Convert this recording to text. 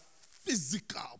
physical